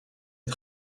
est